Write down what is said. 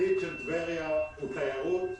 שהעתיד של טבריה הוא תיירות.